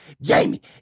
Jamie